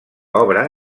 obra